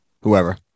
Whoever